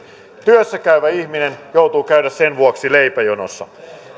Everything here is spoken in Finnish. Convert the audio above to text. työssä käyvä ihminen joutuu käymään sen vuoksi leipäjonossa tämä